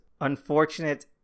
unfortunate